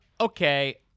Okay